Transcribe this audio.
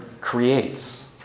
creates